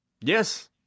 Yes